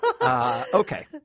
Okay